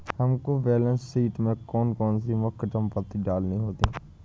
हमको balance sheet में कौन कौन सी मुख्य संपत्ति डालनी होती है?